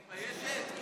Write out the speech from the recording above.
היא מתביישת?